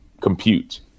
compute